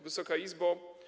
Wysoka Izbo!